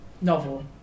novel